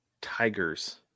Tigers